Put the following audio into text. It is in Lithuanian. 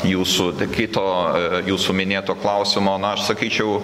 jūsų kito jūsų minėto klausimo na aš sakyčiau